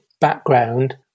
background